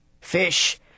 Fish